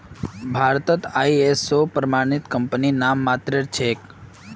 भारतत आई.एस.ओ प्रमाणित कंपनी नाममात्रेर छेक